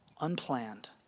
unplanned